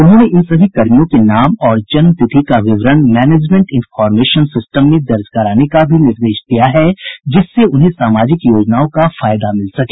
उन्होंने इन सभी कर्मियों के नाम और जन्म तिथि का विवरण मैनेजमेंट इनफॉर्मेशन सिस्टम में दर्ज कराने का भी निर्देश दिया है जिससे उन्हें सामाजिक योजनाओं का फायदा मिल सके